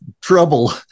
trouble